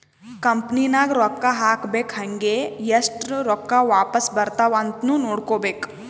company ನಾಗ್ ರೊಕ್ಕಾ ಹಾಕ್ಬೇಕ್ ಹಂಗೇ ಎಸ್ಟ್ ರೊಕ್ಕಾ ವಾಪಾಸ್ ಬರ್ತಾವ್ ಅಂತ್ನು ನೋಡ್ಕೋಬೇಕ್